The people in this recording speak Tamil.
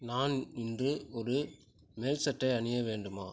நான் இன்று ஒரு மேல்சட்டை அணிய வேண்டுமா